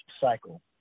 cycle